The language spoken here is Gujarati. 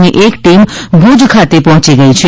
ની એક ટીમ ભુજ ખાતે પહોંચી ગઇ છે